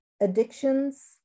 addictions